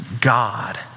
God